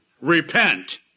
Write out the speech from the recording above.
Repent